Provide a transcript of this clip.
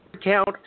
count